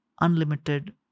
unlimited